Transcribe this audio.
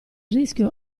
rischio